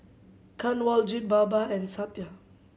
Kanwaljit Baba and Satya